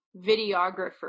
videographer